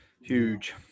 Huge